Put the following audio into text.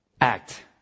Act